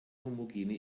homogene